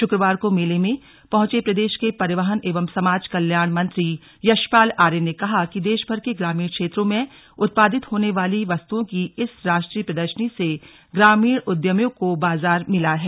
शुक्रवार को मेले में पहुंचे प्रदेश के परिवहन एवं समाज कल्याण मंत्री यशपाल आर्य ने कहा कि देशभर के ग्रामीण क्षेत्रों में उत्पादित होने वाली वस्तुओं की इस राष्ट्रीय प्रदर्शनी से ग्रामीण उद्यमियों को बाजार मिला है